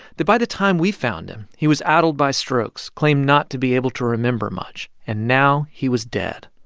that by the time we found him, he was addled by strokes, claimed not to be able to remember much. and now he was dead.